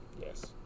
Yes